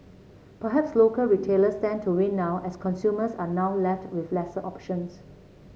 perhaps local retailers stand to win now as consumers are now left with lesser options